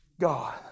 God